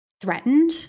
threatened